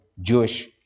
Jewish